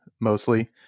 mostly